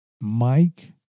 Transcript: Mike